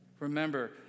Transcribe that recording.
Remember